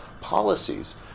policies